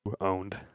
owned